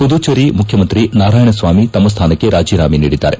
ಮದುಚೇರಿ ಮುಖ್ಯಮಂತ್ರಿ ನಾರಾಯಣಸ್ವಾಮಿ ತಮ್ಮ ಸ್ಥಾನಕ್ಕೆ ರಾಜೀನಾಮೆ ನೀಡಿದ್ದಾರೆ